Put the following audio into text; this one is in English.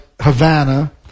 Havana